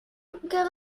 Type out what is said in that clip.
gerade